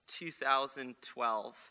2012